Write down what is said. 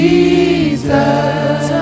Jesus